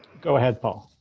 go ahead, paul.